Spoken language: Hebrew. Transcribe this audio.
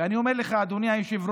אני אומר לך, אדוני היושב-ראש,